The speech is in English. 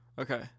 Okay